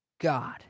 God